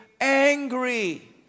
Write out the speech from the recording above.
angry